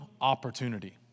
Opportunity